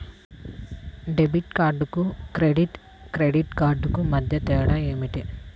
Debit కార్డుకు credit credit కార్డుకు మధ్య తేడా ఏమిటీ?